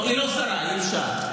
היא לא שרה, אי-אפשר.